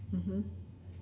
mmhmm